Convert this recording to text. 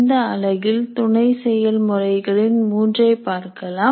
இந்த அலகில் துணை செயல்முறைகளில் மூன்றை பார்க்கலாம்